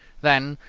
then,